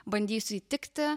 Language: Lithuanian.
bandysiu įtikti